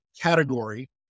category